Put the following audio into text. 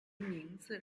名字